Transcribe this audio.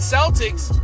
Celtics